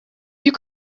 you